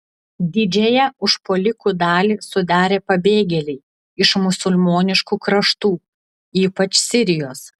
didžiąją užpuolikų dalį sudarė pabėgėliai iš musulmoniškų kraštų ypač sirijos